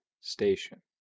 station